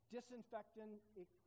Disinfectant